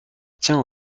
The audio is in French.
tient